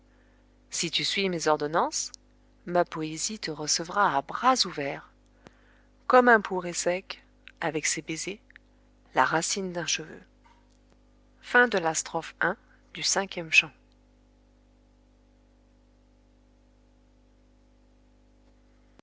si tu suis mes ordonnances ma poésie te recevra à bras ouverts comme un pou résèque avec ses baisers la racine d'un cheveu